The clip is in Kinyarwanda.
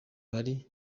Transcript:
bari